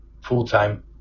full-time